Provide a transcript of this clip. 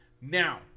Now